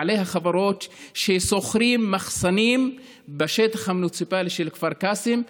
בעלי החברות ששוכרים מחסנים בשטח המוניציפלי של כפר קאסם,